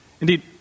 Indeed